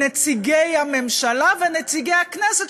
נציגי הממשלה ונציגי הכנסת,